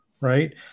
right